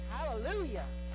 Hallelujah